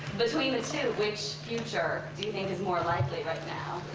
between the two, which future do you think is more likely right now,